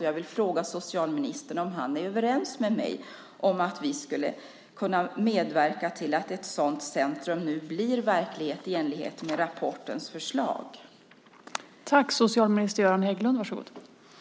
Jag vill fråga socialministern om han är överens med mig om att vi skulle kunna medverka till att ett sådant centrum, i enlighet med rapportens förslag, blir verklighet.